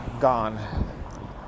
gone